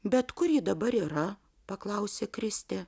bet kur ji dabar yra paklausė kristė